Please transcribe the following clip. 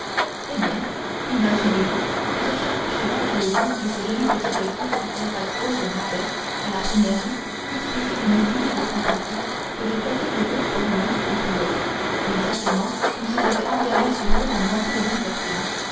eh bien imaginez-vous que ce charmant cheval alezan et ce joli petit jockey à casaque rose m'avaient à la première vue inspiré une si vive sympathie que je faisais des voeux pour l'un et pour l'autre exactement comme si j'avais engagé sur eux la moitié de ma fortune